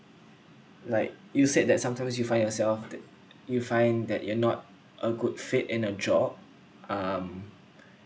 like you said that sometimes you find yourself th~ you find that you are not a good fit in a job um